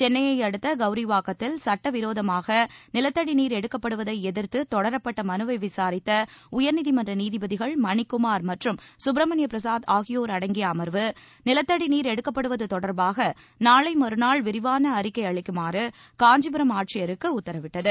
சென்னைய அடுத்த கவுரிவாக்கத்தில் சட்டவிரோதமாக நிலத்தடி நீர் எடுக்கப்படுவதை எதிர்த்து தொடரப்பட்ட மனுவை விசாரித்த உயர்நீதிமன்ற நீதிபதிகள் மணிகுமார் மற்றும் சுப்பிரமணிய பிரசாத் ஆகியோர் அடங்கிய அமர்வு நிலத்தடி நீர் எடுக்கப்படுவது தொடர்பாக நாளை மறுநாள் விரிவான அறிக்கை அளிக்குமாறு காஞ்சிபுரம் ஆட்சியருக்கு உத்தரவிட்டது